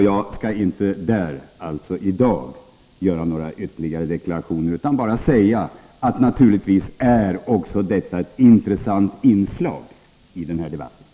Jag skall inte i dag göra några ytterligare deklarationer på den här punkten, utan vill bara säga att detta naturligtvis är ett intressant inslag i debatten.